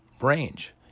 range